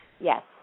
Yes